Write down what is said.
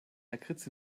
lakritz